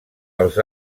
els